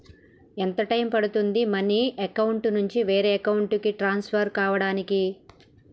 ఎంత టైం పడుతుంది money account నుంచి వేరే అకౌంట్ కి ట్రాన్స్ఫర్ కావటానికి?